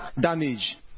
damage